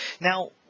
Now